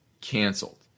canceled